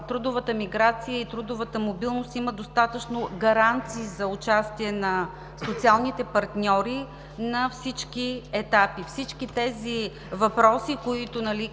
трудовата миграция и трудовата мобилност има достатъчно гаранции за участие на социалните партньори на всички етапи. Всички тези въпроси, които касаят